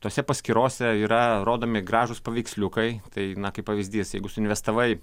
tose paskyrose yra rodomi gražūs paveiksliukai tai na kaip pavyzdys jeigu investavai